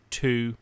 two